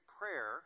prayer